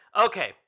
okay